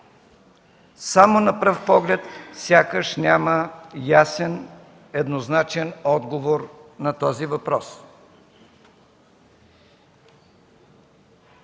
Само на пръв поглед сякаш няма ясен, еднозначен отговор на този въпрос.